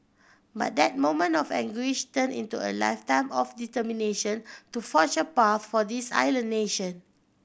but that moment of anguish turned into a lifetime of determination to forge a path for this island nation